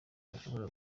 tudashobora